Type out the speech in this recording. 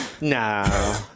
no